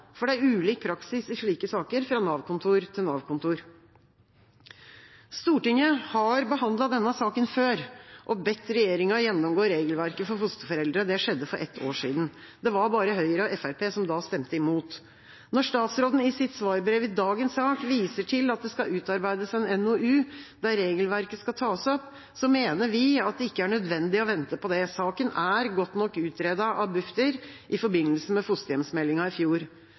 for det er ulik praksis i slike saker fra Nav-kontor til Nav-kontor. Stortinget har behandlet denne saken før og bedt regjeringa gjennomgå regelverket for fosterforeldre. Det skjedde for ett år siden. Det var bare Høyre og Fremskrittspartiet som da stemte imot. Når statsråden i sitt svarbrev i dagens sak viser til at det skal utarbeides en NOU der regelverket skal tas opp, mener vi at det ikke er nødvendig å vente på det. Saken er godt nok utredet av Bufdir i forbindelse med fosterhjemsmeldinga i fjor.